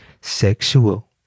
Sexual